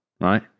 right